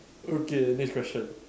okay next question